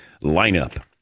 lineup